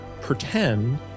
pretend